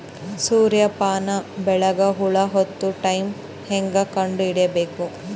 ಸೂರ್ಯ ಪಾನ ಬೆಳಿಗ ಹುಳ ಹತ್ತೊ ಟೈಮ ಹೇಂಗ ಕಂಡ ಹಿಡಿಯಬೇಕು?